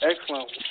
excellent